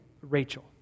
Rachel